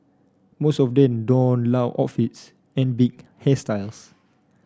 most of them donned loud outfits and big hairstyles